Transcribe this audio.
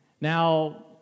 Now